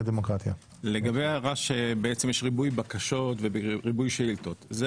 לגבי ההערה שיש ריבוי בקשות וריבוי שאילתות זה